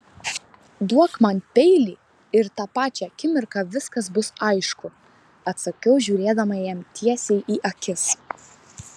duok man peilį ir tą pačią akimirką viskas bus aišku atsakiau žiūrėdama jam tiesiai į akis